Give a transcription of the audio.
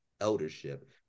eldership